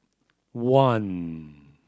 one